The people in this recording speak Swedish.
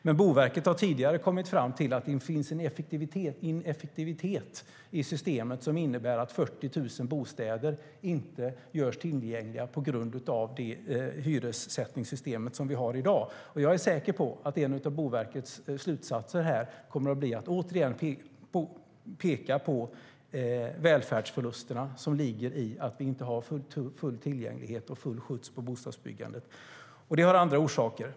Men Boverket har tidigare kommit fram till att det finns en ineffektivitet i systemet som innebär att 40 000 bostäder inte görs tillgängliga på grund av det hyressättningssystem som vi har i dag. Jag är säker på att en av Boverkets slutsatser kommer att bli att man återigen pekar på de välfärdsförluster som ligger i att vi inte har full tillgänglighet och full skjuts på bostadsbyggandet. Det har andra orsaker.